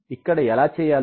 ఇక్కడ ఎలా చేయాలో